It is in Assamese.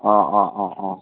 অঁ অঁ অঁ অঁ